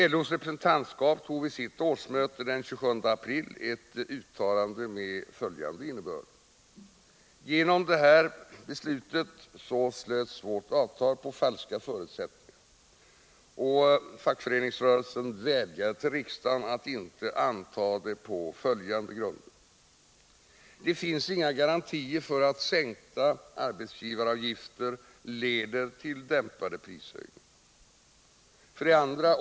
LO:s representantskap tog vid sitt årsmöte den 27 april ett uttalande med följande innebörd: Genom regeringens beslut slöts avtalet på falska förutsättningar. Fackföreningsrörelsen vädjar till riksdagen att inte anta det på följande grunder: 1. Det finns inga garantier för att sänkta arbetsgivaravgifter leder till dämpade prishöjningar. 2.